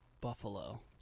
buffalo